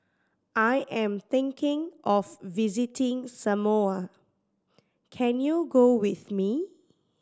I am thinking of visiting Samoa can you go with me